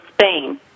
Spain